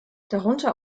darunter